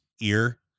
ear